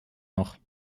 noch